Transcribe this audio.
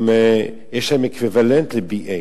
יש להן אקוויוולנט ל-BA,